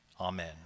Amen